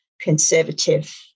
conservative